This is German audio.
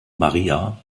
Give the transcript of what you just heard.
maria